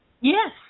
Yes